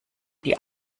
die